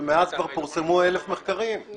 ומאז כבר פורסמו אלף מחקרים.